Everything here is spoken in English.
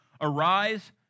arise